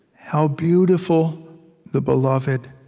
how beautiful the beloved